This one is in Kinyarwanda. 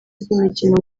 ry’imikino